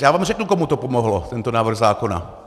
Já vám řeknu, komu to pomohlo, tento návrh zákona.